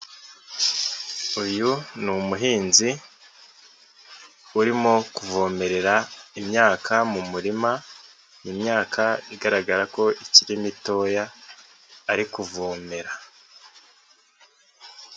Uyu ni umuhinzi urimo kuvomerera imyaka mu murima. Imyaka igaragara ko ikiri mitoya ari kuvomera.